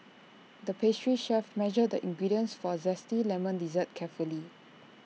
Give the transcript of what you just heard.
the pastry chef measured the ingredients for A Zesty Lemon Dessert carefully